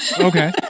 Okay